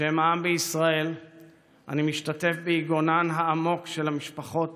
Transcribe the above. בשם העם בישראל אני משתתף ביגונן העמוק של משפחות